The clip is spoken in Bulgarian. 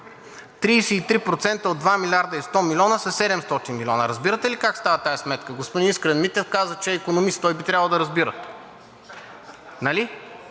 33% от 2 млрд. и 100 млн. лв. са 700 млн. лв. Разбирате ли как става тази сметка? Господин Искрен каза, че е икономист, той би трябвало да разбира. Нали